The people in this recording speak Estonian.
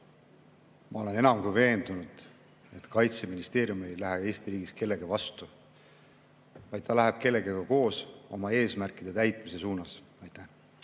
Ma olen enam kui veendunud, et Kaitseministeerium ei lähe Eesti riigis kellegi vastu, vaid ta läheb kellegagi koos oma eesmärkide täitmise suunas. Urve